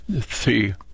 three